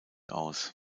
aus